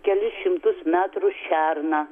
kelis šimtus metrų šerną